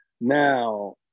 now